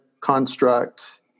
construct